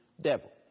devil